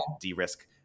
de-risk